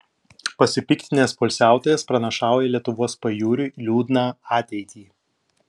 pasipiktinęs poilsiautojas pranašauja lietuvos pajūriui liūdną ateitį